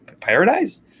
paradise